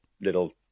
little